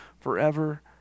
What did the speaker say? forever